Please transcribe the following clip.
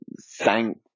thank